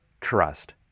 trust